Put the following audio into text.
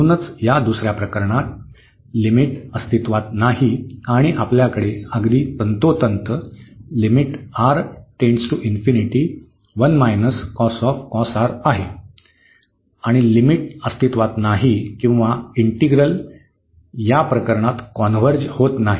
म्हणूनच या दुसऱ्या प्रकरणात लिमिट अस्तित्त्वात नाही आणि आपल्याकडे अगदी तंतोतंत आहे आणि लिमिट अस्तित्वात नाही किंवा इंटिग्रल या प्रकरणात कॉन्व्हर्ज होत नाही